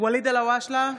ואליד אלהואשלה,